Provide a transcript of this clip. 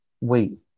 Wait